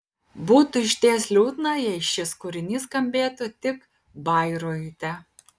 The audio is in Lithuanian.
būtų išties liūdna jei šis kūrinys skambėtų tik bairoite